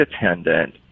attendant